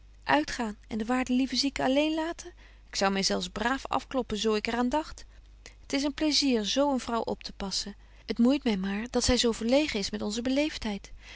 uitgaan en de waarde lieve zieke alleen laten ik zou my zels braaf afkloppen zo ik betje wolff en aagje deken historie van mejuffrouw sara burgerhart er aan dagt t is een plaizier zo een vrouw optepassen t moeit my maar dat zy zo verlegen is met onze